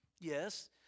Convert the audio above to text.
Yes